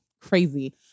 Crazy